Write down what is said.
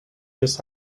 just